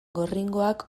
gorringoak